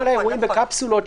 כל האירועים שעושים בקפסולות,